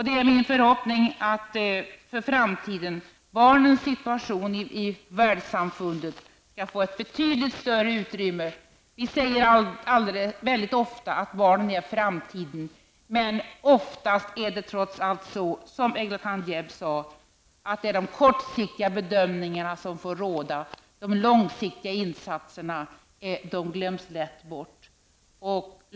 Det är min förhoppning för framtiden att barnens situation i Världssamfundet skall få ett betydligt större utrymme. Vi säger ofta att barnen är framtiden. Men ofta är det som Eglantyne Jebb har sagt, att det är de kortsiktiga bedömningarna som får råda. De långsiktiga insatserna glöms lätt bort.